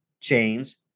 chains